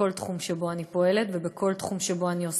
בכל תחום שבו אני פועלת ובכל תחום שבו אני עוסקת.